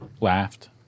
laughed